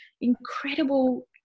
incredible